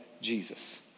Jesus